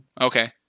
Okay